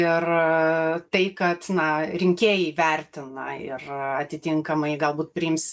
ir tai kad na rinkėjai vertina ir atitinkamai galbūt priims